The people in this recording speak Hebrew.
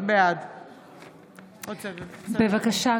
בעד בבקשה,